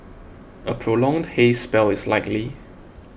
a prolonged haze spell is likely